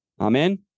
Amen